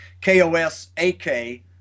K-O-S-A-K